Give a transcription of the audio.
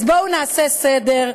אז בואו נעשה סדר,